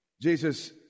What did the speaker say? Jesus